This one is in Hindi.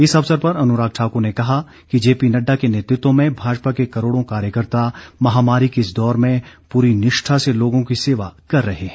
इस अवसर पर अनुराग ठाकुर ने कहा कि जेपी नडडा के नेतृत्व में भाजपा के करोड़ों कार्यकर्ता महामारी के इस दौर में पूरी निष्ठा से लोगों की सेवा कर रहे हैं